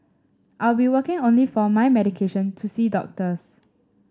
out be working only for my medication to see doctors